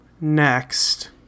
Next